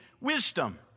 wisdom